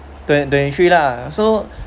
twen~ twenty three lah so